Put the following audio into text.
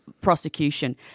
prosecution